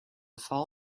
fall